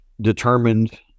determined